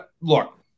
look